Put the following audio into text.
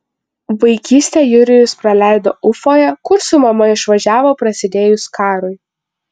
vaikystę jurijus praleido ufoje kur su mama išvažiavo prasidėjus karui